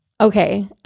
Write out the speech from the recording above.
okay